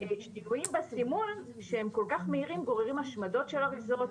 שינויים בסימון שהם כל כך מהירים גוררים השמדות של אריזות,